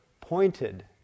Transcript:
pointed